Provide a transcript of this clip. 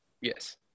Yes